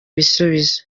ibisubizo